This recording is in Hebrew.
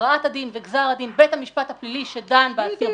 הכרעת הדין וגזר הדין של בית המשפט הפלילי שדן בתיק,